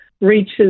reaches